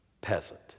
peasant